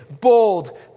bold